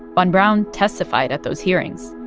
von braun testified at those hearings.